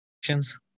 actions